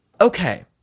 Okay